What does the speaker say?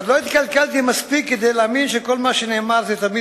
עוד לא התקלקלתי מספיק כדי להאמין שכל מה שנאמר זה תמיד